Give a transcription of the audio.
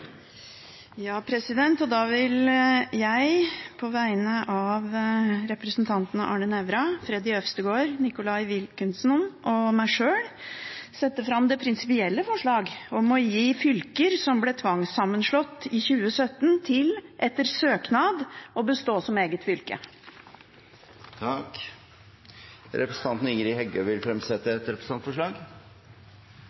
vil på vegne av representantene Arne Nævra, Freddy André Øvstegård, Nicholas Wilkinson og meg sjøl sette fram det prinsipielle forslaget om å gi fylker som ble tvangssammenslått i 2017, rett til å bestå som eget fylke etter søknad. Representanten Ingrid Heggø vil fremsette